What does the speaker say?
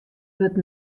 wurdt